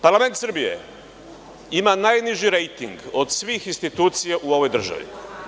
Parlament Srbije ima najniži rejting od svih institucija u ovoj državi.